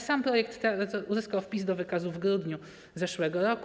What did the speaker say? Sam projekt uzyskał wpis do wykazu w grudniu zeszłego roku.